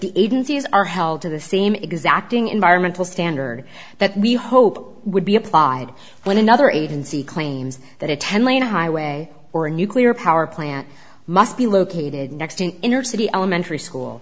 the agencies are held to the same exacting environmental standards that we hope would be applied when another agency claims that a ten lane highway or a nuclear power plant must be located next to an inner city elementary school